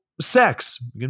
sex